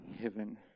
Heaven